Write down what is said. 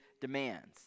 demands